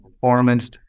performance